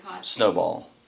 snowball